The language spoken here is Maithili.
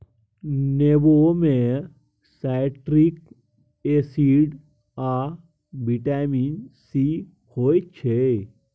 नेबो मे साइट्रिक एसिड आ बिटामिन सी होइ छै